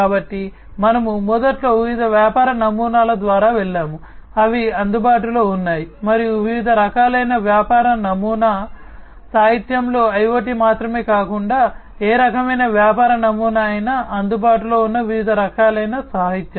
కాబట్టి మనము మొదట్లో వివిధ వ్యాపార నమూనాల ద్వారా వెళ్ళాము అవి అందుబాటులో ఉన్నాయి మరియు వివిధ రకాలైన వ్యాపార నమూనా సాహిత్యంలో IoT మాత్రమే కాకుండా ఏ రకమైన వ్యాపార నమూనా అయినా అందుబాటులో ఉన్న వివిధ రకాలైన సాహిత్యం